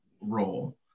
role